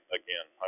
again